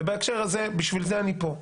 בהקשר הזה בשביל זה אני פה.